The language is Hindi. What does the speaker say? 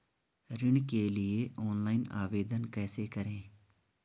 ऋण के लिए ऑनलाइन आवेदन कैसे करें?